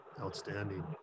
Outstanding